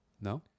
No